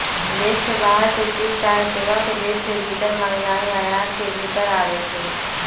देश के बाहर से चीज चाहे सेवा के देश के भीतर मागनाइ आयात के भितर आबै छइ